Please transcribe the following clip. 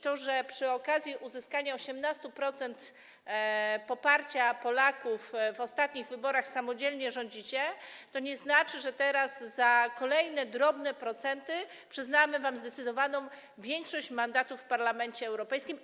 To, że przy okazji uzyskania 18% poparcia Polaków w ostatnich wyborach samodzielnie rządzicie, nie znaczy, że teraz za kolejne drobne procenty przyznamy wam zdecydowaną większość mandatów w Parlamencie Europejskim.